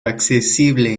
accesible